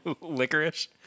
Licorice